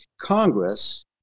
Congress